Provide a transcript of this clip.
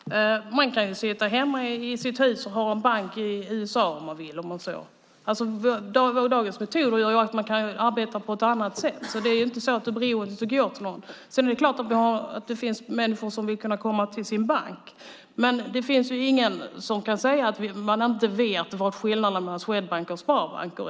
Fru talman! Man kan sitta hemma i sitt hus och använda sig av en bank i USA. Dagens metoder gör att man kan arbeta på ett annat sätt. Man är inte beroende av att gå till en bank. Det är klart att det finns människor som vill kunna gå till sin bank, men det finns ingen som kan säga att man inte vet skillnaden mellan Swedbank och sparbanker.